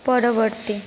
ପରବର୍ତ୍ତୀ